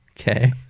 Okay